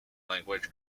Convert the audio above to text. language